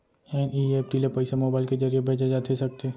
NEFT ले पइसा mobile के ज़रिए भेजे जाथे सकथे?